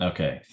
Okay